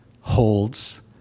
holds